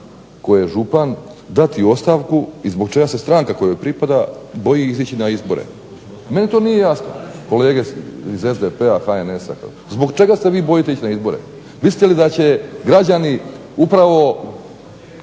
tko je župan dati ostavku i zbog čega se stranka kojoj pripada boji izići na izbore? Meni to nije jasno. Kolege iz SDP-a, HNS-a. zbog čega se vi bojite ići na izbore? Mislite li da će građani upravo